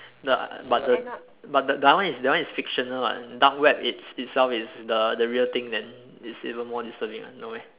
the but the but the that one is that one is fictional [what] dark web it's itself is the the real thing then it's even more disturbing [what] no meh